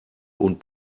und